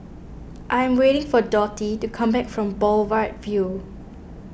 I am waiting for Dotty to come back from Boulevard Vue